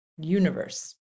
universe